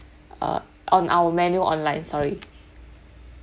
uh on our menu online sorry